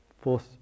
force